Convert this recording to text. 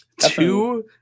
Two